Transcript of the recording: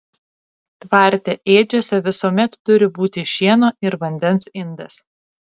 tvarte ėdžiose visuomet turi būti šieno ir vandens indas